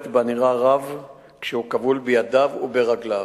ובה נראה רב כשהוא כבול בידיו וברגליו.